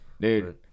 dude